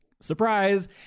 surprise